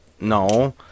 no